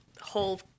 whole